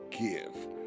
give